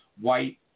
White